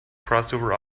crossover